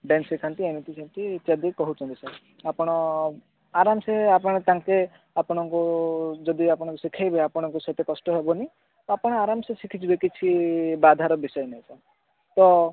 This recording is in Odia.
ଡ୍ୟାନ୍ସ ଶିଖାନ୍ତି ଏମିତି ସେମିତି ଇତ୍ୟାଦି କହୁଚନ୍ତି ସାର୍ ଆପଣ ଆରାମ ସେ ଆପଣ ତାଙ୍କେ ଆପଣଙ୍କୁ ଯଦି ଆପଣଙ୍କୁ ଶିଖାଇବେ ଆପଣଙ୍କୁ ସେତେ କଷ୍ଟ ହବନି ଆପଣ ଆରାମ ସେ ଶିଖିଯିବେ କିଛି ବାଧାର ବିଷୟ ନାହିଁ ସାର୍ ତ